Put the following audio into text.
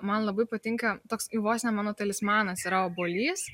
man labai patinka toks ir vos ne mano talismanas yra obuolys